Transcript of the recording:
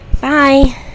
bye